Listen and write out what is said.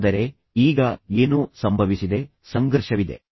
ಆದರೆ ಈಗ ಏನೋ ಸಂಭವಿಸಿದೆ ಸಂಘರ್ಷವಿದೆ